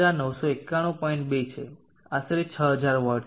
2 છે આશરે 6000 વોટ છે